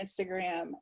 Instagram